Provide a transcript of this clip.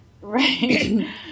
Right